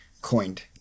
coined